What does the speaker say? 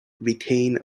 retained